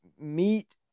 meet